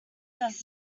does